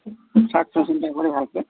চাওকচোন চিন্তা কৰি ভালকে